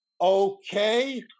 okay